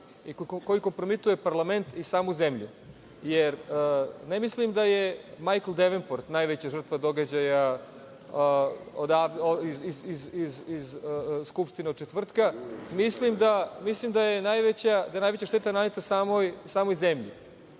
koji kompromituje parlament i samu zemlju, jer ne mislim da je Majkl Devenport najveća žrtva događaja iz Skupštine od četvrtka, mislim da je najveća šteta na samoj zemlji,